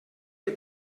que